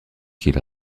qu’il